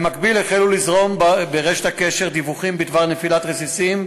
במקביל החלו לזרום ברשת הקשר דיווחים בדבר נפילת רסיסים,